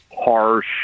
harsh